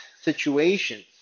situations